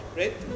right